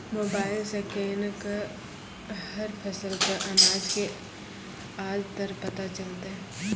Mobile सऽ केना कऽ हर फसल कऽ आज के आज दर पता चलतै?